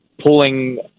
pulling